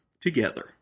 together